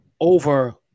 over